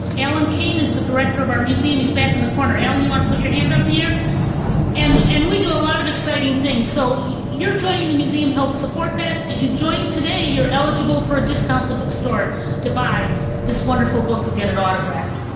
alan kane is the director of our museum, he's back in the corner. alan you want to put your hand up in the air? and and we do a lot of exciting things. so your joining the museum helps support that. if you join today you're eligible for a discount at the bookstore to buy this wonderful book and get it autographed.